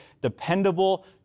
dependable